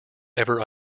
ever